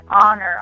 honor